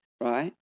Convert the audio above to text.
right